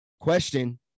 Question